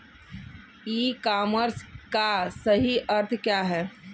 ई commerce का सही अर्थ क्या है?